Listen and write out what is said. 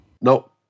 No